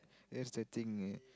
yes I think